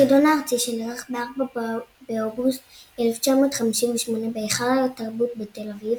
בחידון הארצי שנערך ב-4 באוגוסט 1958 בהיכל התרבות בתל אביב,